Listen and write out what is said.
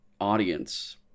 audience